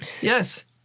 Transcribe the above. Yes